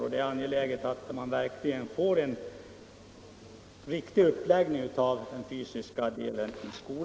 Nu är det högst angeläget att vi verkligen får en riktig uppläggning av den fysiska trä